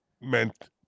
meant